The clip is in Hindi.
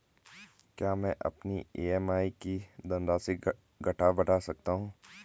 क्या मैं अपनी ई.एम.आई की धनराशि घटा बढ़ा सकता हूँ?